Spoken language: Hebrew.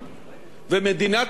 ומדינת ישראל